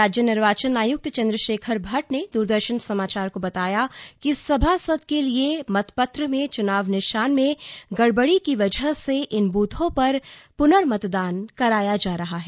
राज्य निर्वाचन आयुक्त चंद्रशेखर भट्ट ने दूरदर्शन समाचार को बताया कि सभासद के लिए मतपत्र में चुनाव निशान में गड़बड़ी की वजह से इन बूथों पर पुनर्मतदान कराया जा रहा है